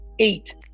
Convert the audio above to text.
eight